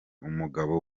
umugabo